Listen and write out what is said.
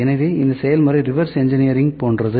எனவே இந்த செயல்முறை ரிவர்ஸ் இன்ஜினியரிங் போன்றது